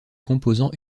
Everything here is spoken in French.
composant